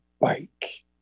bike